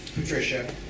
Patricia